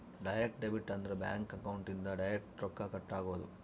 direct debit ಅಂದ್ರ bank account ಇಂದ direct ರೊಕ್ಕ ಕಟ್ ಆಗೋದು